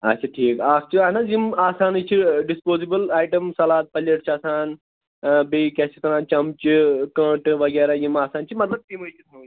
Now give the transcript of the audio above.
اَچھا ٹھیٖک اَکھ چھُ اَہَن حظ یِم آسانٕے چھِ ڈِسپوزِبٕل آیٹَم سَلاد پَلیٹ چھِ آسان بیٚیہِ کیٛاہ چھِ اَتھ وَنان چَمچہٕ کٲنٛٹہٕ وغیرہ یِم آسان چھِ مطلب تِمے چھِ تھاؤنۍ نا